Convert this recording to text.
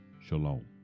Shalom